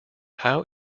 how